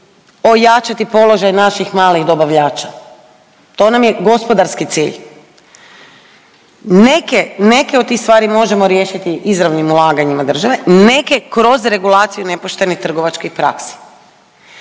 ojačati položaj naših malih dobavljača to nam je gospodarski cilj. Neke, neke od tih stvari možemo riješiti izravnim ulaganjem države, neke kroz regulaciju nepoštenih trgovačkih praksi.